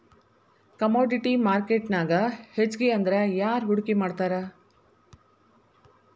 Commodity ಮಾರ್ಕೆಟ್ನ್ಯಾಗ್ ಹೆಚ್ಗಿಅಂದ್ರ ಯಾರ್ ಹೂಡ್ಕಿ ಮಾಡ್ತಾರ?